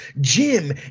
Jim